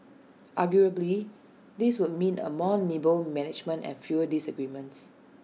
arguably this would mean A more nimble management and fewer disagreements